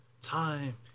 time